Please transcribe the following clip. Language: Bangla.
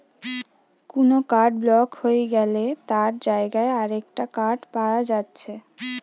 কুনো কার্ড ব্লক হই গ্যালে তার জাগায় আরেকটা কার্ড পায়া যাচ্ছে